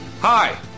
Hi